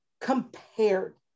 compared